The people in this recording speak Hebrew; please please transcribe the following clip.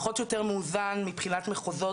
פחות או יותר מאוזן מבחינת מחוזות,